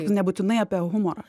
nebūtinai apie humorą